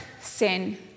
sin